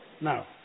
Now